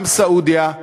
גם סעודיה,